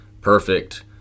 perfect